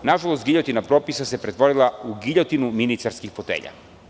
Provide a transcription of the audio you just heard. Nažalost, giljotina propisa se pretvorila u giljotinu ministarskih fotelja.